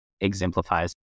exemplifies